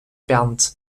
bernd